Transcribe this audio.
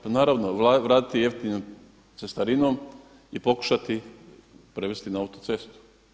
Pa naravno, vratiti jeftinom cestarinom i pokušati prevesti na autocestu.